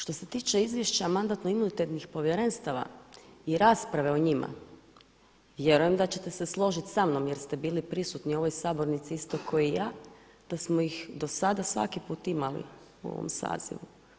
Što se tiče izvješća Mandatno-imunitetnih povjerenstava i rasprave o njima, vjerujem da ćete se složiti sa mnom jer ste bili prisutni u ovoj sabornici isto kao i ja da smo ih do sada svaki put imali u ovom sazivu.